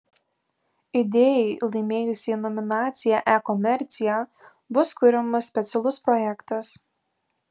idėjai laimėjusiai nominaciją e komercija bus kuriamas specialus projektas